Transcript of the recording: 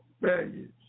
values